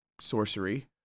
sorcery